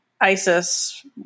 Isis